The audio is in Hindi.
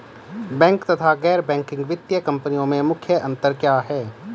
बैंक तथा गैर बैंकिंग वित्तीय कंपनियों में मुख्य अंतर क्या है?